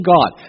God